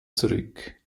zurück